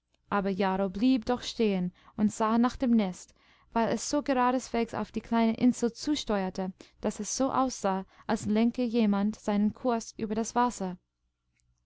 daßsieinstreibengeraten aberjarro blieb doch stehen und sah nach dem nest weil es so geradeswegs auf die kleine insel zusteuerte daß es so aussah als lenke jemand seinen kurs über daswasser